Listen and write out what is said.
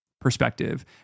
Perspective